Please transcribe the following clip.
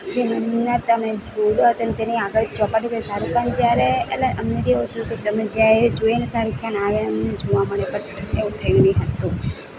તે મન્નત અને ઝૂડો તેમ તેની આગળ ચોપાટી પર શાહરૂખ ખાન જ્યાં રહે એટલે અમે એ હોટલ પર તમે જોઈને શાહરૂખ ખાન આવે એમ જોવા મળે પણ એવું થઈ નહીં હતું